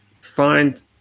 find